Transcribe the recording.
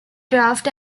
draft